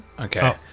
okay